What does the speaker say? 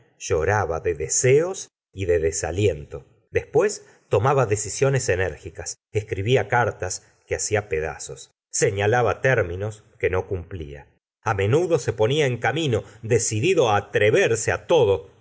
lloraba de deseos y de desaliento después tomaba decisiones enérgicas escribía cartas que hacia pedazos senalaba términos que no cumplía á menudo se ponía en camino decidido atreverse á todo